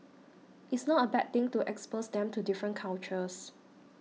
it's not a bad thing to expose them to different cultures